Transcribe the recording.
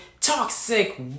toxic